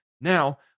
now